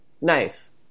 Nice